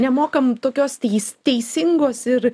nemokam tokios teis teisingos ir